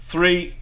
Three